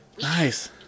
Nice